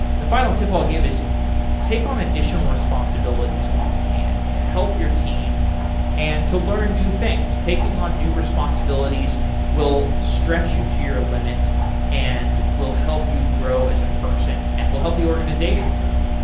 the final tip i'll give is take on additional responsibilities when you can, to help your team and to learn new things. taking on new responsibilities will stretch you to your limit and will help you grow as a person and will help the organization grow